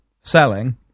selling